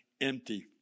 empty